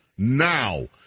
Now